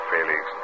Felix